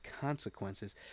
consequences